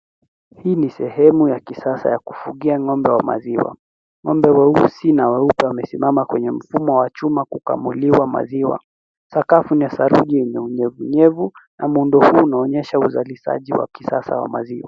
Hii ni sehemu ya kisasa ya kufugia ng'ombe wa maziwa. Ng'ombe weusi na weupe wamesimama kwenye mfumo wa chuma kukamuliwa maziwa. Sakafu ni saruji yenye unyevunyevu na muundu huu unaonyesha uzalishaji wa kisasa wa maziwa.